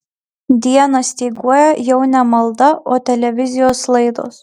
dieną styguoja jau ne malda o televizijos laidos